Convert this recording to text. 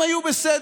הם היו בסדר.